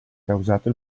causato